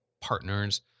partners